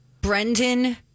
Brendan